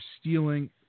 stealing